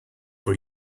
for